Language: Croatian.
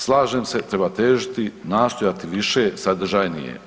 Slažem se treba težiti, nastojati više, sadržajnije.